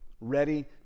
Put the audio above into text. ready